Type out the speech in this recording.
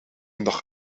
nog